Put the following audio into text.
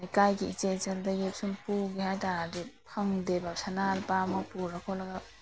ꯂꯩꯀꯥꯏꯒꯤ ꯏꯆꯜ ꯏꯆꯦꯗꯒꯤ ꯁꯨꯝ ꯄꯨꯒꯦ ꯍꯥꯏꯇꯔꯗꯤ ꯐꯪꯗꯦꯕ ꯁꯅꯥ ꯂꯨꯄꯥ ꯑꯃ ꯄꯨꯔꯒ ꯈꯣꯠꯂꯒ